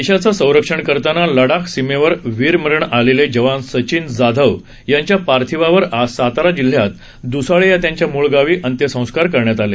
देशाचं संरक्षण करताना लडाख सीमेवर वीर मरण आलेले जवान सचिन जाधव यांच्या पार्थिवावर आज सातारा जिल्ह्यात दुसाळे या त्यांच्या मुळ गावी अंत्यसंस्कार करण्यात आले